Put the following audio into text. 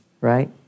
Right